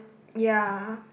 ya